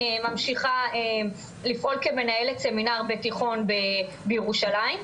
ממשיכה לפעול כמנהלת סמינר ותיכון בירושלים.